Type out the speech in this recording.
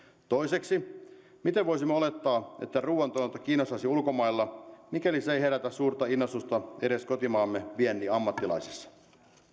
toiseksi miten voisimme olettaa että ruuantuotanto kiinnostaisi ulkomailla mikäli se ei herätä suurta innostusta edes kotimaamme viennin ammattilaisissa